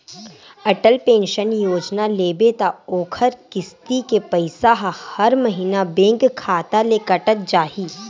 Atal pension योजना लेबे त ओखर किस्ती के पइसा ह हर महिना बेंक खाता ले कटत जाही